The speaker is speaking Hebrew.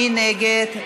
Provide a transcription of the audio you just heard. מי נגד?